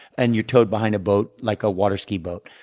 and you're towed behind a boat, like a water ski boat.